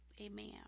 amen